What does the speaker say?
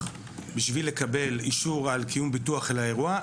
בשביל לקבל אישור על קיום ביטוח האירוע,